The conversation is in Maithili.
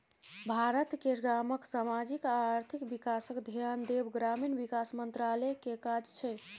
भारत केर गामक समाजिक आ आर्थिक बिकासक धेआन देब ग्रामीण बिकास मंत्रालय केर काज छै